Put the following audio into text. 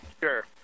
sure